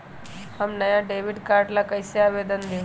हम नया debit card ला कईसे आवेदन दिउ?